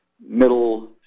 middle